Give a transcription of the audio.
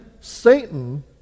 satan